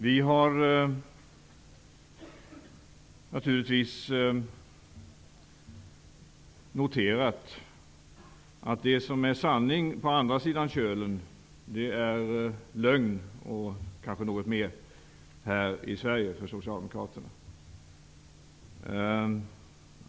Vi har naturligtvis noterat att det som är sanning på andra sidan kölen är lögn och kanske något mer för socialdemokraterna här i Sverige.